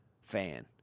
fan